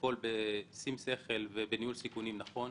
והכל בשום שכל ובניהול סיכונים נכון.